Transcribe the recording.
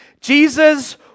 jesus